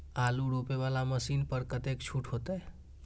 आलू रोपे वाला मशीन पर कतेक छूट होते?